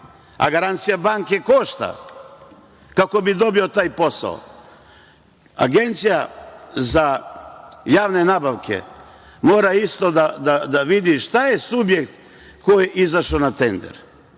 a garancija banke košta kako bi dobio taj posao. Agencija za javne nabavke mora isto da vidi šta je subjekt koji je izašao na tender.